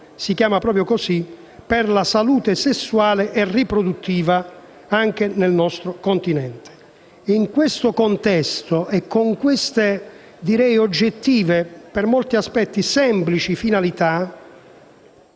si chiama proprio così - per la salute sessuale e riproduttiva nel nostro Continente. In questo contesto e con queste oggettive, e per molti aspetti semplici, finalità,